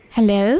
Hello